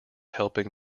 helping